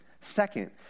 Second